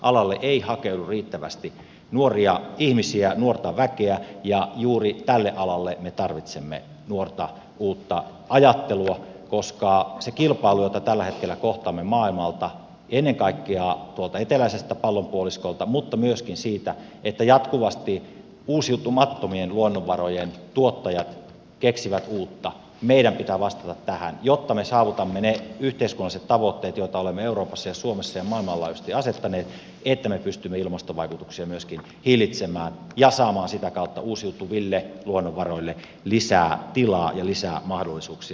alalle ei hakeudu riittävästi nuoria ihmisiä nuorta väkeä ja juuri tälle alalle me tarvitsemme nuorta uutta ajattelua koska siihen kilpailuun jota tällä hetkellä kohtaamme maailmalta ennen kaikkea tuolta eteläiseltä pallonpuoliskolta mutta myöskin siitä että jatkuvasti uusiutumattomien luonnonvarojen tuottajat keksivät uutta meidän pitää vastata jotta me saavutamme ne yhteiskunnalliset tavoitteet joita olemme euroopassa ja suomessa ja maailmanlaajuisesti asettaneet että me pystymme myöskin ilmastovaikutuksia hillitsemään ja saamaan sitä kautta uusiutuville luonnonvaroille lisää tilaa ja lisää mahdollisuuksia